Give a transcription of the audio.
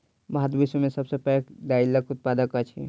भारत विश्व में सब सॅ पैघ दाइलक उत्पादक अछि